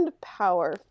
power